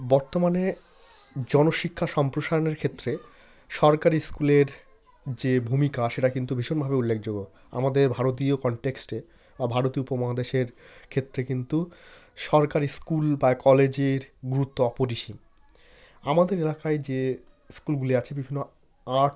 বর্তমানে জনশিক্ষা সম্প্রসারণের ক্ষেত্রে সরকারি স্কুলের যে ভূমিকা সেটা কিন্তু ভীষণভাবে উল্লেখযোগ্য আমাদের ভারতীয় কনটেক্সটে বা ভারতীয় উপমহাদেশের ক্ষেত্রে কিন্তু সরকারি স্কুল বা কলেজের গুরুত্ব অপরিসীম আমাদের এলাকায় যে স্কুলগুলি আছে বিভিন্ন আর্ট